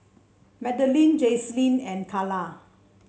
Magdalene Jaclyn and Kala